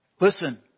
Listen